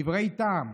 דברי טעם,